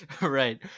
Right